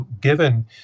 given